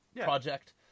project